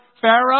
Pharaoh